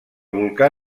volcà